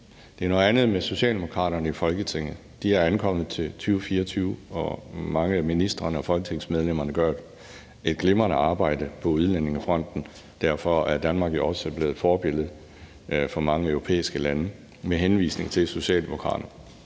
Det er noget andet med Socialdemokraterne i Folketinget. De er ankommet til 2024, og mange af ministrene og folketingsmedlemmerne gør jo et glimrende arbejde på udlændingefronten. Derfor er Danmark jo også blevet et forbillede for mange europæiske lande med henvisning til Socialdemokraterne.